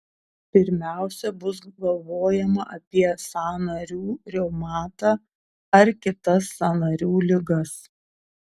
pirmiausia bus galvojama apie sąnarių reumatą ar kitas sąnarių ligas